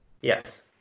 Yes